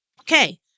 Okay